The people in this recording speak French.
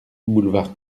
boulevard